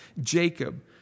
Jacob